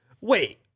Wait